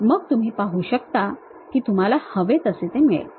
मग तुम्ही पाहू शकता ते तुम्हाला हवे तसे मिळेल